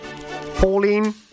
Pauline